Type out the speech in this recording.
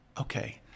okay